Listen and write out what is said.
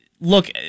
Look